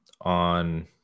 on